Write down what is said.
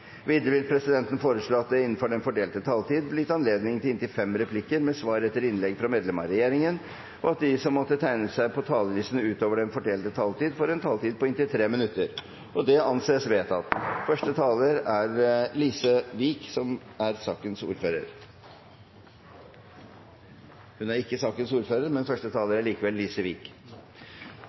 Videre vil presidenten foreslå at det blir gitt anledning til inntil fem replikker med svar etter medlem av regjeringen innenfor den fordelte taletid, og at de som måtte tegne seg på talerlisten utover den fordelte taletid, får en taletid på inntil 3 minutter. – Det anses vedtatt. Første taler er Lise Wiik, som får ordet på vegne av sakens ordfører,